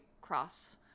cross